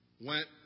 went